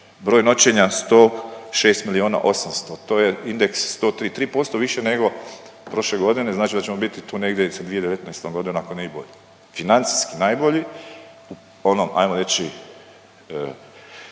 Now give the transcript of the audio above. Broj noćenja 106 800 000, to je indeks 103, 3% više nego prošle godine, znači da ćemo biti tu negdje sa 2019. g., ako ne i bolje. Financijski najbolji, ono, ajmo reći